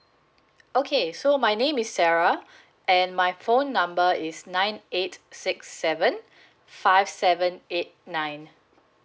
okay so my name is sarah and my phone number is nine eight six seven five seven eight nine